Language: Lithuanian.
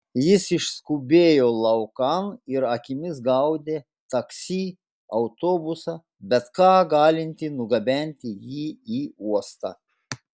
jis išskubėjo laukan ir akimis gaudė taksi autobusą bet ką galintį nugabenti jį į uostą